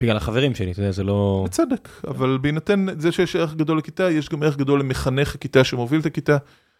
‫בגלל החברים שלי, זה לא... ‫בצדק, אבל בהינתן את זה ‫שיש ערך גדול לכיתה, יש גם ערך גדול ‫למחנך הכיתה שמוביל את הכיתה.